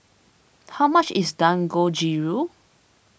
how much is Dangojiru